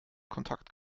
kontakt